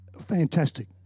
fantastic